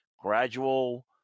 gradual